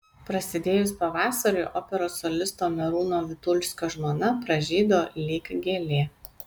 prasidėjus pavasariui operos solisto merūno vitulskio žmona pražydo lyg gėlė